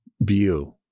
view